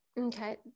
Okay